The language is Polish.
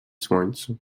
słońcu